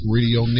Radio